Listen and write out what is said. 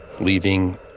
leaving